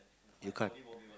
you can't